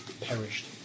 perished